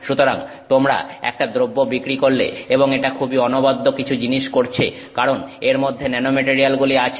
সুতরাং তোমরা একটা দ্রব্য বিক্রি করলে এবং এটা খুবই অনবদ্য কিছু জিনিস করছে কারণ এর মধ্যে ন্যানোমেটারিয়ালগুলি আছে